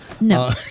No